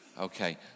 Okay